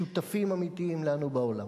שותפים אמיתיים לנו בעולם.